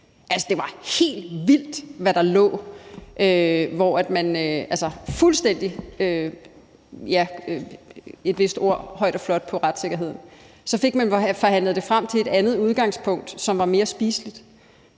ærligt. Det var helt vildt, hvad der lå, og man blæste højt og flot på retssikkerheden. Så fik man forhandlet det frem til et andet udgangspunkt, som var mere spiseligt,